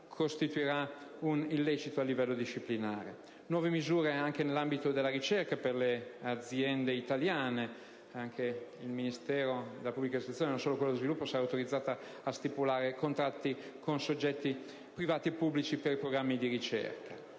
costituirà un illecito a livello disciplinare. Nuove misure si registrano anche nell'ambito della ricerca per le aziende italiane. Anche il Ministero dalla pubblica istruzione, e non solo quello dello sviluppo, sarà autorizzato a stipulare contratti con soggetti privati e pubblici per programmi di ricerca.